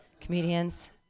comedians